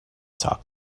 talk